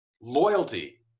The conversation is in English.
loyalty